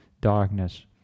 darkness